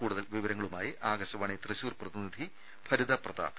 കൂടുതൽ വിവരങ്ങളുമായി ആകാശവാണി തൃശൂർ പ്രതിനിധി ഭരിത പ്രതാപ്